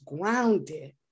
grounded